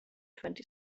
twenty